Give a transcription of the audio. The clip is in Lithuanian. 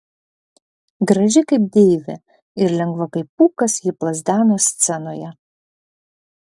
graži kaip deivė ir lengva kaip pūkas ji plazdeno scenoje